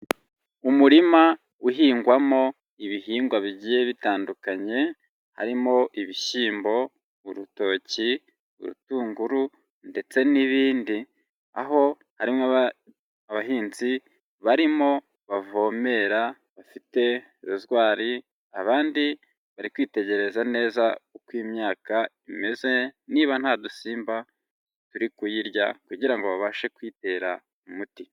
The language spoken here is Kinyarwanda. Umurima uhingwamo ibihingwa bigiye bitandukanye, harimo ibishyimbo, urutoki urutunguru ndetse n'ibindi aho harimo abahinzi barimo bavomera, bafite ruzwari abandi bari kwitegereza neza uko imyaka imeze niba nta dusimba turi kuyirya kugira ngo babashe kuyitera umuti.